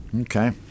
Okay